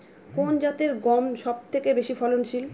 কোন জাতের গম সবথেকে বেশি ফলনশীল?